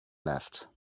left